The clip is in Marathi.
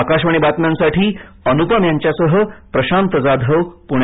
आकाशवाणी बातम्यांसाठी अनुपम यांच्यासह प्रशांत जाधव पुणे